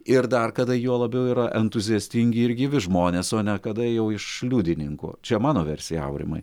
ir dar kada juo labiau yra entuziastingi ir gyvi žmonės o ne kada jau iš liudininkų čia mano versija aurimai